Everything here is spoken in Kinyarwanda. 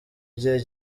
gihe